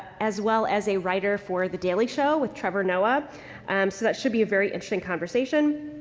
as well as a writer for the daily show with trevor noah. so that should be a very interesting conversation.